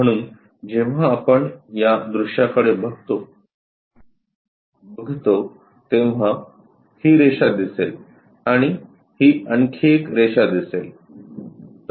म्हणून जेव्हा आपण या दृश्याकडे बघतो तेव्हा ही रेषा दिसेल आणि ही आणखी एक रेषा दिसेल